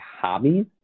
hobbies